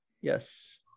Yes